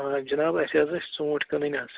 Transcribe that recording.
آ جِناب اَسہِ حظ ٲسۍ ژوٗنٛٹھۍ کٕنٕنۍ حظ